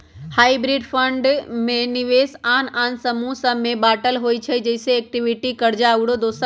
hybrid fund में निवेश आन आन समूह सभ में बाटल होइ छइ जइसे इक्विटी, कर्जा आउरो दोसर